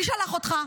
מי שלח אותך?